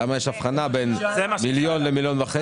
למה יש הבחנה בין מיליון ל-1.5 מיליון שקל.